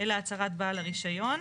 אלא הצהרת בעל הרישיון.